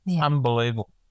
Unbelievable